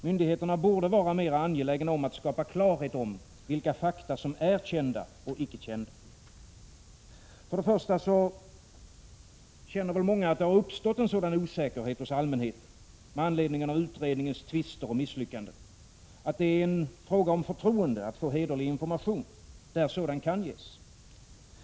Myndigheterna borde vara mera angelägna om att skapa klarhet om vilka fakta som är kända och icke kända. För det första tycker många att det har uppstått en sådan osäkerhet hos allmänheten med anledning av utredningens tvister och misslyckanden, att det är en fråga om förtroende och om att få hederlig information, där sådan kan ges.